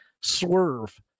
swerve